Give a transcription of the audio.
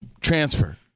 transfer